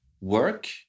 work